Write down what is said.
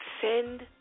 send